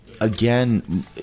Again